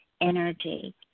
energy